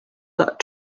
that